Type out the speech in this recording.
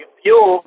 fuel